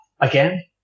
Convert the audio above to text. again